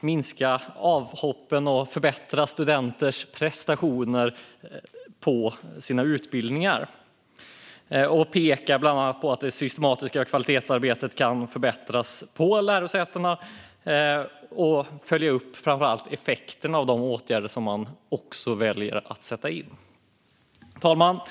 minska avhoppen och förbättra studenternas utbildningsprestationer. Man pekar bland annat på att det systematiska kvalitetsarbetet kan förbättras på lärosätena och vikten av att följa upp effekterna av de åtgärder som sätts in. Fru talman!